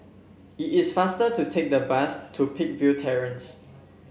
it is faster to take the bus to Peakville Terrace